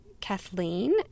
Kathleen